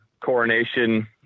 coronation